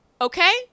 Okay